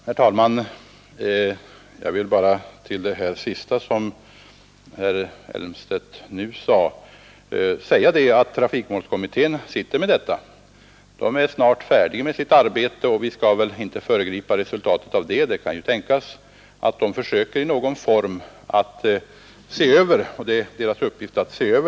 Herr talman! Jag vill bara till det sista som herr Elmstedt anförde säga att trafikmålskommittén har hand om detta. Den är snart färdig med sitt arbete, och vi skall inte föregripa dess resultat.